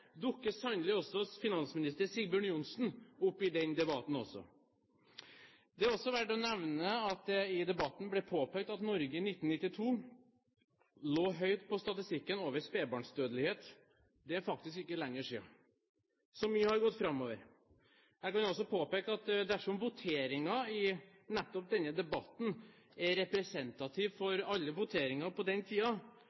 dukker sannelig finansminister Sigbjørn Johnsen opp i den debatten også. Det er også verd å nevne at det i debatten ble påpekt at Norge i 1992 lå høyt på statistikken over spedbarnsdødelighet. Det er faktisk ikke lenger siden. Så mye har gått framover. Jeg kan også påpeke at dersom voteringen i nettopp denne debatten er representativ for